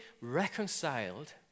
reconciled